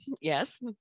yes